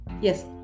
Yes